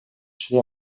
шри